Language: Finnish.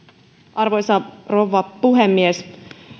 arvoisa rouva puhemies